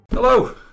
Hello